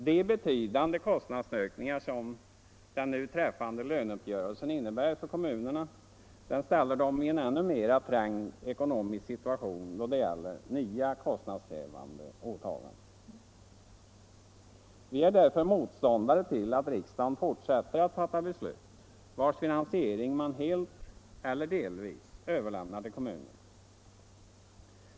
De betydande kostnadshöjningar som den nu träffade löneuppgörelsen innebär för kommunerna ställer dem i en ännu mer trängd ekonomisk situation då det gäller nya kostnadskrävande åtaganden. Vi är därför motståndare till att riksdagen fortsätter att fatta beslut vars finansiering man helt eller delvis överlämnar till kommunerna.